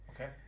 Okay